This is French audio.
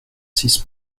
six